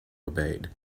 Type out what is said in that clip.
obeyed